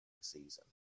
season